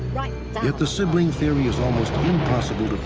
yet the sibling theory is almost impossible